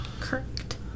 Correct